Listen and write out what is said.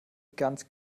ganz